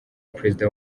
perezida